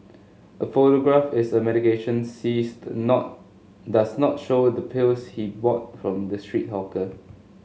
a photograph is a medication seized not does not show the pills he bought from the street hawker